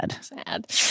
Sad